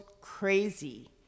crazy